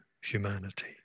humanity